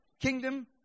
Kingdom